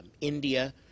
India